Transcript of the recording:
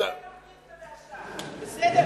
תעשה תוכנית חדשה, בסדר?